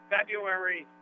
February